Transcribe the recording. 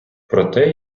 проте